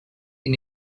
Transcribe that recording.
ihn